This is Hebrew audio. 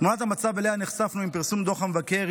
תמונת המצב שאליה נחשפנו עם פרסום דוח המבקר